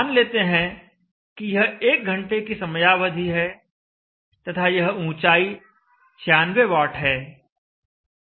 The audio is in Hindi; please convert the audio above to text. मान लेते हैं कि यह 1 घंटे की समयावधि है तथा यह ऊंचाई 96 वाट है